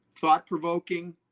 thought-provoking